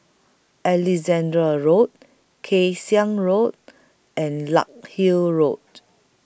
Alexandra Road Kay Siang Road and Larkhill Road